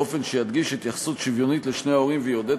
באופן שידגיש התייחסות שוויונית לשני ההורים ויעודד